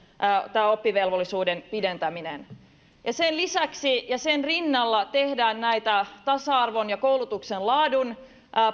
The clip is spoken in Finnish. tämä oppivelvollisuuden pidentäminen sen lisäksi ja sen rinnalla tehdään näitä tasa arvon ja koulutuksen laadun